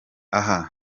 aha